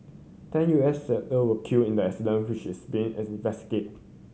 ten U S sailor were killed in the accident which is being investigate